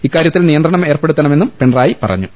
ഇക്കാര്യത്തിൽ നിയന്ത്രണം ഏർപ്പെടുത്തുമെന്നും പിണറായി പറഞ്ഞു